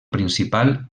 principal